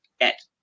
get